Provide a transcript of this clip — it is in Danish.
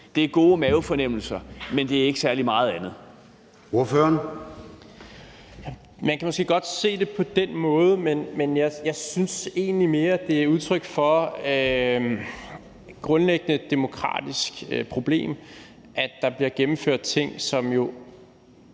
Formanden (Søren Gade): Ordføreren. Kl. 11:06 Rasmus Jarlov (KF): Man kan måske godt se det på den måde, men jeg synes egentlig mere, det er udtryk for et grundlæggende demokratisk problem, at der bliver gennemført ting, som